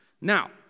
now